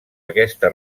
aquesta